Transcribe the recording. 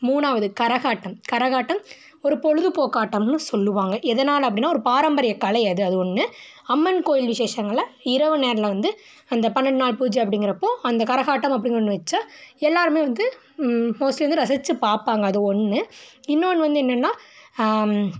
மூணாவது கரகாட்டம் கரகாட்டம் ஒரு பொழுது போக்காட்டம்ன்னு சொல்லுவாங்க எதனால் அப்படின்னா ஒரு பாரம்பரியக் கலை அது அது ஒன்று அம்மன் கோவில் விசேஷங்களில் இரவு நேரங்களில் வந்து அந்த பன்னெண்டு நாள் பூஜை அப்படிங்கறப்போ அந்த கரகாட்டம் அப்படின்னு ஒன்று வச்சால் எல்லோருமே வந்து மோஸ்ட்லி வந்து ரசித்து பார்ப்பாங்க அது ஒன்று இன்னொன்று வந்து என்னன்னால்